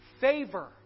favor